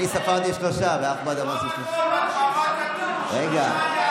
אני ספרתי שלושה ואחמד אמר, אפשרות אחת